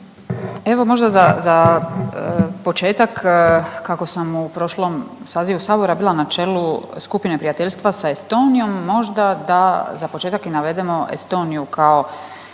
Evo možda za, za početak kako sam u prošlom sazivu sabora bila na čelu skupine prijateljstva s Estonijom možda da za početak i navedemo Estoniju kao